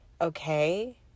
okay